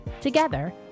Together